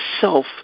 self